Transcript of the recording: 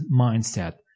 mindset